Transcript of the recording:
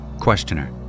Questioner